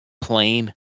plain